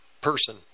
person